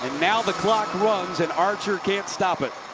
and now the clock runs. and archer can't stop it.